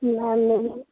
میم نہیں